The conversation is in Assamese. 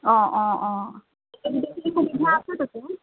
অঁ অঁ অঁ সুবিধা আছে তাতে